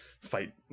fight